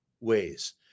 ways